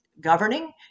governing